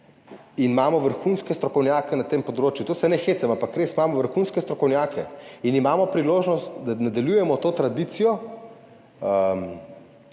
in imamo vrhunske strokovnjake na tem področju, to se ne hecam, ampak res imamo vrhunske strokovnjake in imamo priložnost, da nadaljujemo to tradicijo,